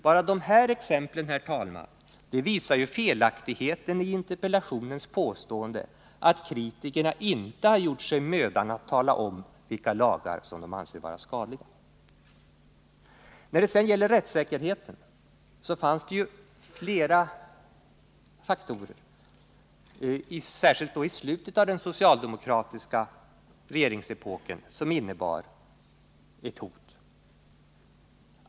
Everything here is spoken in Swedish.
Bara de här exemplen, herr talman, visar felaktigheten i interpellationens påstående, att kritikerna inte har gjort sig mödan att tala om vilka lagar som de anser vara skadliga. När det sedan gäller rättssäkerheten fanns det flera faktorer, särskilt då i slutet av den socialdemokratiska regeringsepoken, som innebar ett hot mot den.